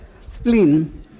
spleen